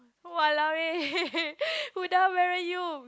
!walao! eh Huda where are you